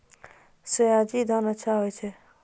सयाजी धान अच्छा होय छै?